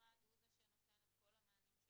והמשרד הוא זה שנותן את כל המענים של